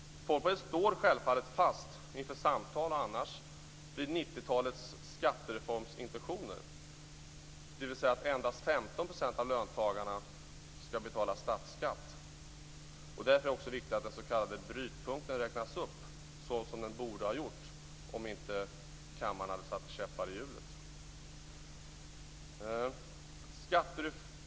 Folkpartiet står självfallet, inför samtal och annars fast, vid 90-talets skattereforms intentioner, dvs. att endast 15 % av löntagarna skall betala statsskatt. Därför är det viktigt att den s.k. brytpunkten räknas upp så som den borde ha uppräknats om inte kammaren hade satt käppar i hjulet.